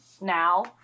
now